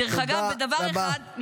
תודה רבה.